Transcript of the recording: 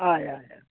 हय हय हय